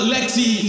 Lexi